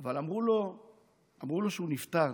אבל אמרו לי שהוא נפטר